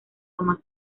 toman